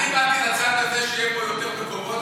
אני באתי לצד הזה, שיהיו בו יותר מקומות